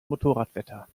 motorradwetter